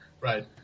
Right